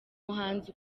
muhanzi